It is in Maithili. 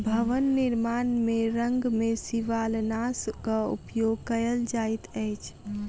भवन निर्माण में रंग में शिवालनाशक उपयोग कयल जाइत अछि